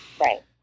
Right